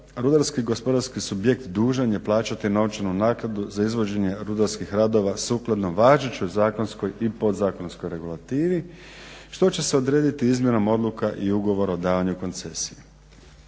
rudarski gospodarski subjekt dužan je plaćati novčanu naknadu za izvođenje rudarskih radova sukladno važećoj zakonskoj i podzakonskoj regulativi što će se odrediti izmjenom odluka i ugovora o davanju koncesija.